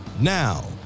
Now